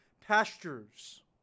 pastures